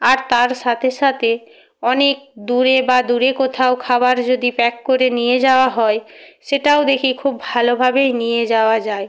আর তার সাথে সাথে অনেক দূরে বা দূরে কোথাও খাবার যদি প্যাক করে নিয়ে যাওয়া হয় সেটাও দেখি খুব ভালোভাবেই নিয়ে যাওয়া যায়